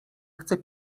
chce